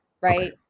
right